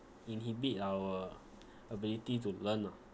inhibit our ability to learn ah